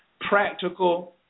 practical